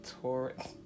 Taurus